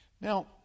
Now